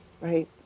right